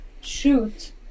shoot